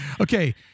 Okay